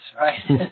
right